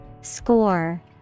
Score